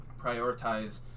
prioritize